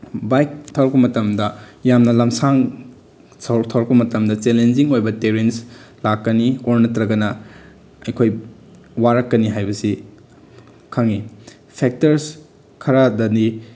bike ꯊꯧꯔꯛꯄ ꯃꯇꯝꯗ ꯌꯥꯝꯅ ꯂꯝꯁꯥꯡ ꯊꯧꯔꯛꯄ ꯃꯇꯝꯗ ꯆꯦꯂꯦꯟꯖꯤꯡ ꯑꯣꯏꯕ ꯇꯦꯔꯦꯟꯁ ꯂꯥꯛꯀꯅꯤ ꯑꯣꯔ ꯅꯠꯇ꯭ꯔꯒꯅ ꯑꯩꯈꯣꯏ ꯋꯥꯔꯛꯀꯅꯤ ꯍꯥꯏꯕꯁꯤ ꯈꯪꯉꯤ ꯐꯦꯛꯇꯔꯁ ꯈꯔꯗꯅꯤ